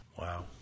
Wow